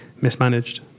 mismanaged